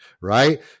right